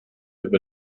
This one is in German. über